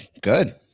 Good